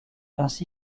ainsi